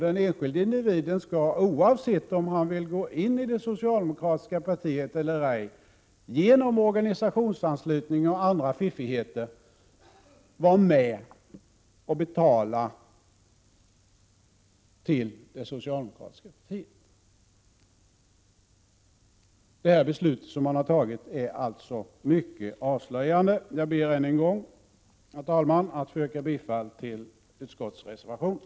Den enskilde individen skall, oavsett om han vill gå in i det socialdemokratiska partiet eller inte, genom organisationsanslutning och andra fiffigheter vara med och betala till det socialdemokratiska partiet. Det beslut som man har tagit är mycket avslöjande. Jag ber än en gång, herr talman, att få yrka bifall till utskottsreservationen.